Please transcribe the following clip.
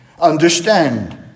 understand